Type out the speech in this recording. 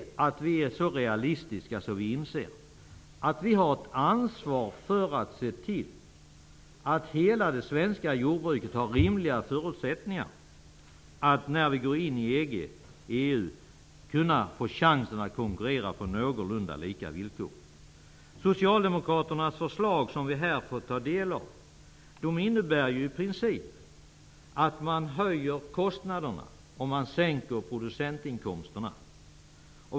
Vi är så realistiska att vi inser att vi har ett ansvar för att se till att hela det svenska jordbruket har rimliga förutsättningar att när vi går in i EG/EU konkurrera på någorlunda lika villkor. De socialdemokratiska förslag som vi här får ta del av innebär i princip att man höjer kostnaderna och sänker producentinkomsterna.